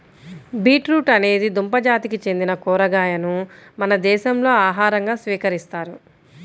beetroot అనేది దుంప జాతికి చెందిన కూరగాయను మన దేశంలో ఆహారంగా స్వీకరిస్తారు